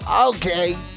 okay